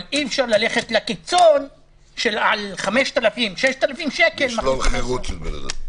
אבל אי אפשר ללכת לקיצון שעל 6,000-5,000 שקל מכניסים אדם למאסר.